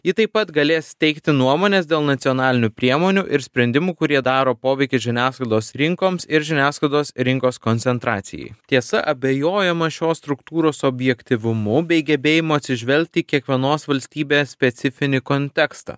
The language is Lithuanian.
ji taip pat galės teikti nuomones dėl nacionalinių priemonių ir sprendimų kurie daro poveikį žiniasklaidos rinkoms ir žiniasklaidos rinkos koncentracijai tiesa abejojama šios struktūros objektyvumu bei gebėjimu atsižvelgti į kiekvienos valstybės specifinį kontekstą